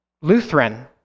Lutheran